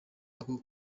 ako